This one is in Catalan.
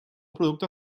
producte